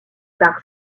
par